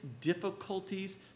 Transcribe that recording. difficulties